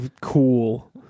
cool